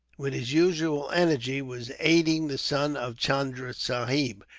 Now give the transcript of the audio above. with his usual energy, was aiding the son of chunda sahib,